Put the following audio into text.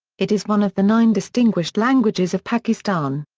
it is one of the nine distinguished languages of pakistan.